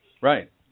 Right